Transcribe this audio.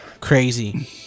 crazy